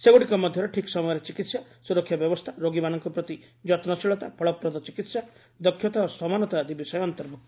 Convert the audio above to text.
ସେଗୁଡ଼ିକ ମଧ୍ୟରେ ଠିକ୍ ସମୟରେ ଚିକିତ୍ସା ସୁରକ୍ଷା ବ୍ୟବସ୍ଥା ରୋଗୀମାନଙ୍କ ପ୍ରତି ଯତ୍ନଶୀଳତା ଫଳପ୍ରଦ ଚିକିିି୍ସା ଦକ୍ଷତା ଓ ସମାନତା ଆଦି ବିଷୟ ଅନ୍ତର୍ଭୁକ୍ତ